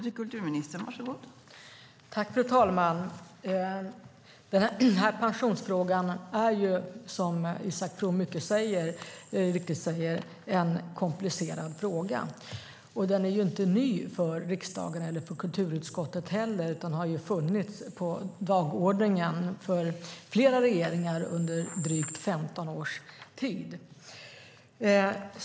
Fru talman! Den här pensionsfrågan är, som Isak From mycket riktigt säger, en komplicerad fråga. Den är inte heller ny för riksdagen eller för kulturutskottet, utan den har funnits på dagordningen för flera regeringar under drygt 15 års tid.